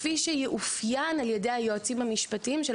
כפי שיאופיין על ידי היועצים המשפטיים של